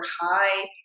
high